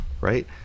Right